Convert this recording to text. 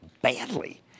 badly